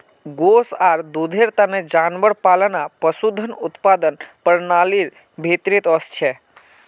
गोस आर दूधेर तने जानवर पालना पशुधन उत्पादन प्रणालीर भीतरीत वस छे